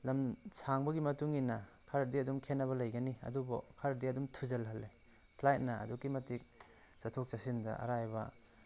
ꯂꯝ ꯁꯥꯡꯕꯒꯤ ꯃꯇꯨꯡ ꯏꯟꯅ ꯈꯔꯗꯤ ꯑꯗꯨꯝ ꯈꯦꯅꯕ ꯂꯩꯒꯅꯤ ꯑꯗꯨꯕꯨ ꯈꯔꯗꯤ ꯑꯗꯨꯝ ꯊꯨꯖꯤꯜꯍꯜꯂꯦ ꯐ꯭ꯂꯥꯏꯠꯅ ꯑꯗꯨꯛꯀꯤ ꯃꯇꯤꯛ ꯆꯠꯊꯣꯛ ꯆꯠꯁꯤꯟꯗ ꯑꯔꯥꯏꯕ